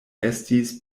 estis